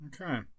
Okay